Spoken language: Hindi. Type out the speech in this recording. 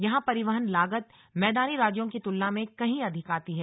यहां परिवहन लागत मैदानी राज्यों की तुलना में कहीं अधिक आती है